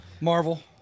Marvel